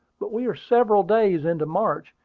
but we are several days into march,